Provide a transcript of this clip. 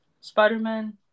Spider-Man